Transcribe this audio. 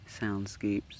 soundscapes